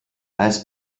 als